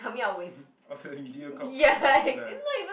or the mediacorp